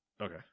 Okay